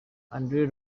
andre